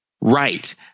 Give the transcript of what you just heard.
Right